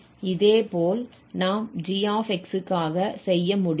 இதேபோல் நாம் g க்காக செய்ய முடியும்